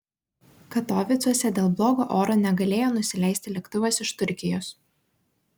katovicuose dėl blogo oro negalėjo nusileisti lėktuvas iš turkijos